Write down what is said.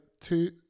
two